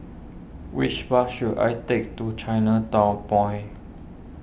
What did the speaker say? which bus should I take to Chinatown Point